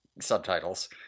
subtitles